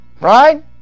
Right